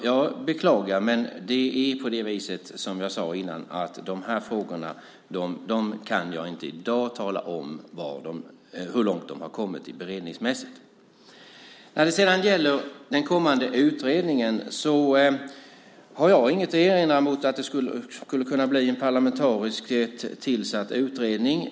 Jag beklagar, men som jag sade tidigare kan jag i dag inte tala om hur långt de här frågorna har kommit beredningsmässigt. När det gäller den kommande utredningen har jag inget att erinra mot att det skulle kunna bli en parlamentariskt tillsatt utredning.